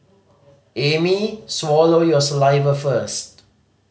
Amy swallow your saliva first